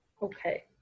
Okay